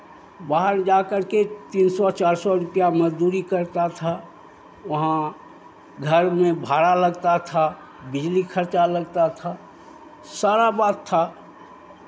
बाहर जाकर के तीन सौ चार सौ रुपैया मज़दूरी करता था वहाँ घर में भाड़ा लगता था बिजली खर्चा लगता था सारा बात था